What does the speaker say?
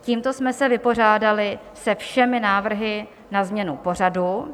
Tímto jsme se vypořádali se všemi návrhy na změnu pořadu.